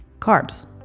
carbs